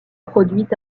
produit